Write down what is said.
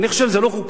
אני חושב שזה לא חוקי.